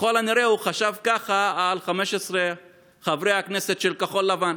שככל הנראה הוא חשב ככה על 15 חברי הכנסת של כחול לבן: